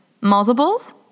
Multiples